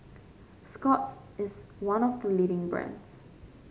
Scott's is one of the leading brands